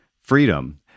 freedom